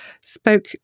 spoke